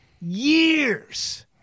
years